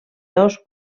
dos